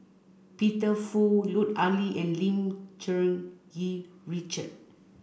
Peter Fu Lut Ali and Lim Cherng Yih Richard